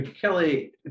Kelly